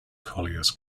colliers